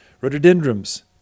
Rhododendrons